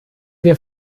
wir